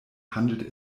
handelt